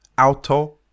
auto